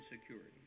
security